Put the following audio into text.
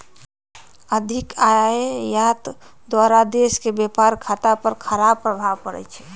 अधिक आयात द्वारा देश के व्यापार खता पर खराप प्रभाव पड़इ छइ